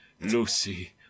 Lucy